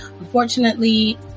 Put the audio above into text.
Unfortunately